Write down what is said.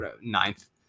ninth